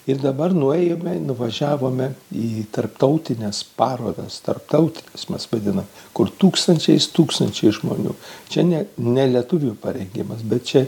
ir dabar nuėjome nuvažiavome į tarptautines parodas tarptautines mes vadinam kur tūkstančiais tūkstančiai žmonių čia ne ne lietuvių parengimas bet čia